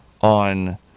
on